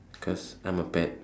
because I'm a pet